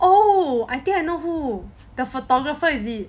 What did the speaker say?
oh I think I know who the photographer is it